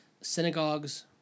Synagogues